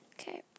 Okay